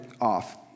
off